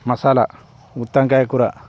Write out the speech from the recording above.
మసాలా గుత్తి వంకాయ కూర